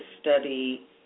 study